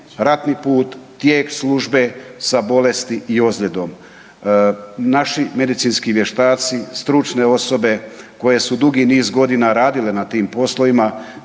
ratni put, tijek službe sa bolesti i ozljedom. Naši medicinski vještaci, stručne osobe koje su dugi niz godina radile na tim poslovima,